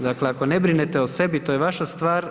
Dakle, ako ne brinete o sebi to je vaša stvar.